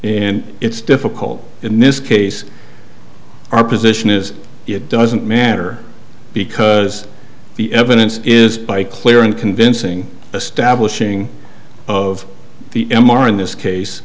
and it's difficult in this case our position is it doesn't matter because the evidence is by clear and convincing establishing of the m r in this case